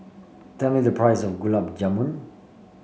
tell me the price of Gulab Jamun